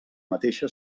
mateixa